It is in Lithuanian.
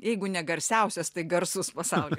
jeigu ne garsiausias tai garsus pasauly